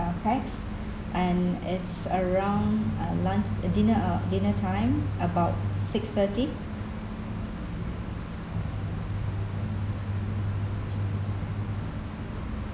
uh pax and it's around uh lun~ dinner uh dinner time about six thirty